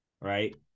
right